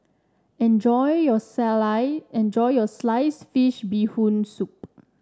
enjoy you enjoy your slice fish Bee Hoon Soup